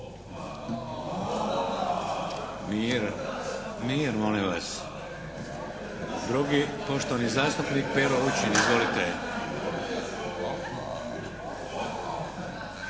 Mir! Mir, molim vas! Drugi poštovani zastupnik Pero Lučin, izvolite.